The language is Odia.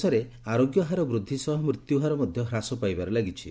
ଦେଶରେ ଆରୋଗ୍ୟ ହାର ବୃଦ୍ଧି ସହ ମୃତ୍ୟୁ ହାର ହ୍ରାସ ପାଇବାରେ ଲାଗିଛି